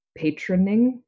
patroning